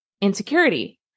insecurity